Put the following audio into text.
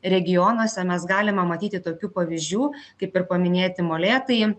regionuose mes galime matyti tokių pavyzdžių kaip ir paminėti molėtai